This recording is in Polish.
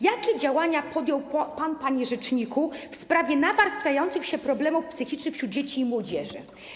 Jakie działania podjął pan, panie rzeczniku, w sprawie nawarstwiających się problemów psychicznych wśród dzieci i młodzieży?